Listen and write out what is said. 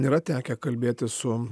yra tekę kalbėtis su